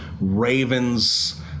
Ravens